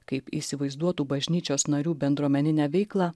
kaip įsivaizduotų bažnyčios narių bendruomeninę veiklą